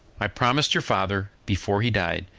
i promised your father, before he died,